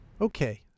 Okay